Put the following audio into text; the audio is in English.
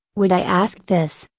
would i ask this,